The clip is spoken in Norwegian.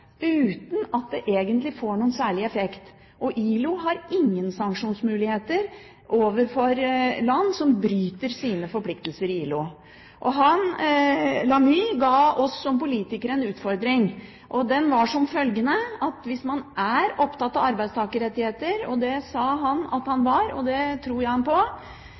uten at det egentlig får noen særlig effekt. ILO har ingen sanksjonsmuligheter overfor land som bryter sine forpliktelser i ILO. Lamy ga oss som politikere en utfordring, og den var som følger: Hvis man er opptatt av arbeidstakerrettigheter – det sa han at han var, og det tror jeg ham på